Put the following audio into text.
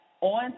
on